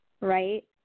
right